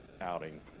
outing